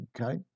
okay